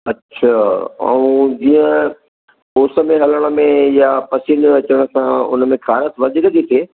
अच्छा ऐं जीअं उस में हलण में या पसीने अचण सां हुन में खारिस वधीक थी थिए